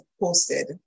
posted